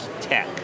tech